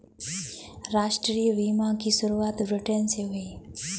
राष्ट्रीय बीमा की शुरुआत ब्रिटैन से हुई